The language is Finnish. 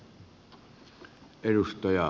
herra puhemies